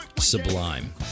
Sublime